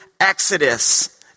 exodus